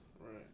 right